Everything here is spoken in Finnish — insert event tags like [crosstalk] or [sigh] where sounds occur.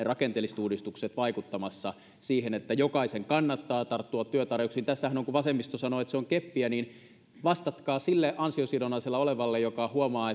[unintelligible] rakenteelliset uudistukset ovat vaikuttamassa siihen että jokaisen kannattaa tarttua työtarjouksiin kun vasemmisto sanoo että se on keppiä niin tässähän on se että vastatkaa sille ansiosidonnaisella olevalle joka huomaa [unintelligible]